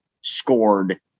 scored